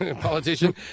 politician